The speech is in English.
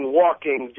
walking